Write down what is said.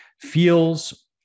feels